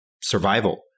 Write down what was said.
survival